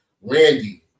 Randy